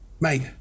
mate